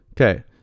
Okay